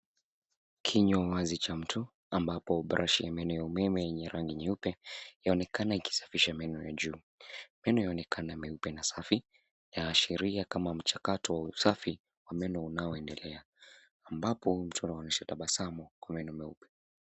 Kinywa wazi cha mtu ambapo brashi ya meno ya umeme enye rangi nyeupe yaonekana yakisafisha rangi ya meno ya juu. Meno yaonekana nyeupe na safi, yaashiria kama mchakato wa usafi wa meno unaoendelea ambapo mtu anaonyesha tabasamu kwa meno meupe.